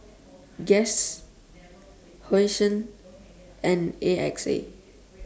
Guess Hosen and A X A